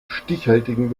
stichhaltigen